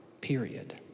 period